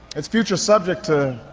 its future subject to